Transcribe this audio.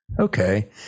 Okay